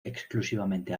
exclusivamente